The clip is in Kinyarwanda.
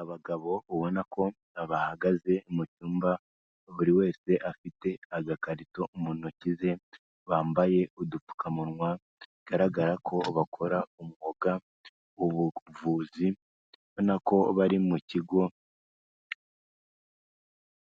Abagabo ubona ko bahagaze mu cyumba, buri wese afite agakarito mu ntoki ze. Bambaye udupfukamunwa, bigaragara ko bakora umwuga w'ubuvuzi, ubona ko bari mu kigo